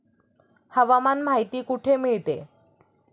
हवामान माहिती कुठे मिळते?